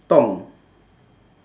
tom